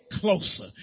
closer